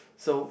so